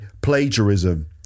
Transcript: plagiarism